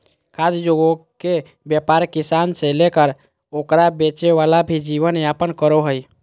खाद्य उद्योगके व्यापार किसान से लेकर ओकरा बेचे वाला भी जीवन यापन करो हइ